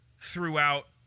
throughout